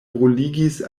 bruligis